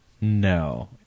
No